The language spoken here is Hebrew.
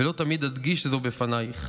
ולא תמיד אדגיש זאת בפנייך.